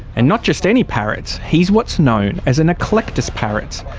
and not just any parrot, he's what's known as an eclectus parrot.